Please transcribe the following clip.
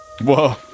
Whoa